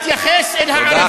שמתייחס אל הערבי כאל אדם,